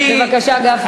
בבקשה, גפני.